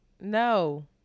no